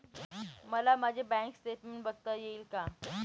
मला माझे bank statement बघता येईल का?